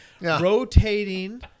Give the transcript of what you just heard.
rotating